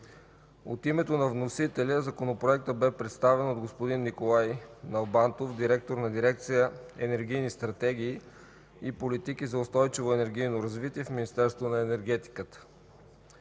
От името на вносителя законопроектът бе представен от господин Николай Налбантов – директор на дирекция „Енергийни стратегии и политики за устойчиво енергийно развитие” в Министерството на енергетиката.